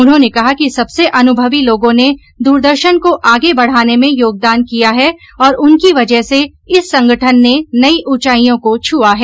उन्होंने कहा कि सबसे अनुभवी लोगों ने दूरदर्शन को आगे बढ़ाने में योगदान किया है और उनकी वजह से इस संगठन ने नई ऊंचाइयों को छूआ है